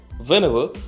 whenever